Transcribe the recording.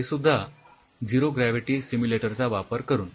तेसुद्धा zero gravity simulator चा वापर करून